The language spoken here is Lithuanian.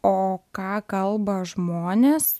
o ką kalba žmonės